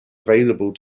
available